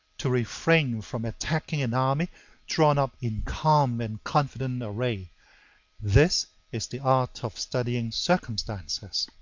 to refrain from attacking an army drawn up in calm and confident array this is the art of studying circumstances.